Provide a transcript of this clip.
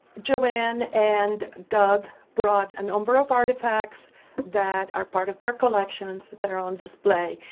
joann and doug brought a number of artifacts that are part of their collections that are on display.